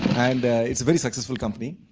and it's very successful company.